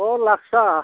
औ लाक्सआ